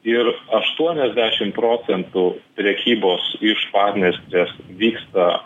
ir aštuoniasdešimt procentų prekybos iš padniestrės vyksta